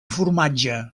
formatge